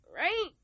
Right